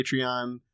Patreon